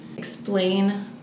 Explain